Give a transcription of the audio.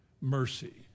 Mercy